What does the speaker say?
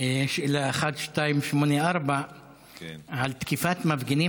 בשאילתה מס' 1284 על תקיפת מפגינים